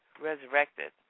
resurrected